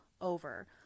over